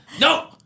no